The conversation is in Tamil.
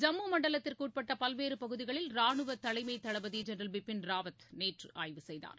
ஜம்மு மண்டலத்திற்குட்பட்ட பல்வேறு பகுதிகளில் ரானுவ தலைமை தளபதி ஜென்ரல் பிபின் ராவத் நேற்று ஆய்வு செய்தார்